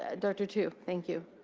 ah dr. tu. thank you.